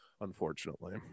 unfortunately